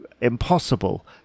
impossible